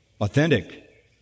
authentic